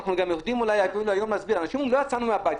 אנשים אומרים שהם לא יצאו מהבית,